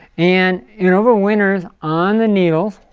and in overwinters on the needles,